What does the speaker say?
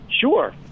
Sure